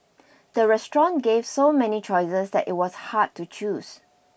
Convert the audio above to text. the restaurant gave so many choices that it was hard to choose